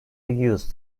used